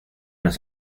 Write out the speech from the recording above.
nos